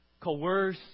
coerce